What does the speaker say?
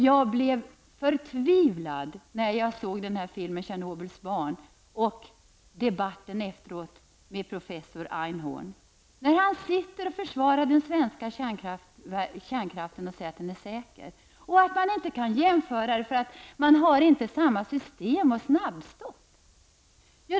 Jag blev förtvivlad när jag såg filmen Tjernobyls barn och såg professor Einhorn som i debatten efteråt och försvarade den svenska kärnkraften och sade att den är säker. Han sade att vi inte kan jämföra den med den i Tjernobyl därför att man inte har samma system och snabbstopp.